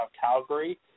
Calgary